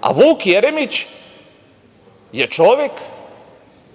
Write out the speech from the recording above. A Vuk Jeremić je čovek